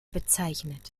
bezeichnet